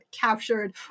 captured